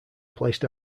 placed